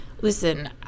Listen